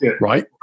right